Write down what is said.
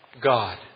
God